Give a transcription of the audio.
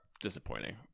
disappointing